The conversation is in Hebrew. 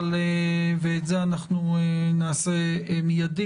ואת זה נעשה מיד,